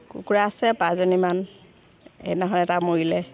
কুকুৰা আছে পাঁচজনীমান এই নহয় এটা মৰিলে